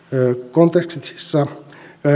kontekstissa